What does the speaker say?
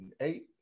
eight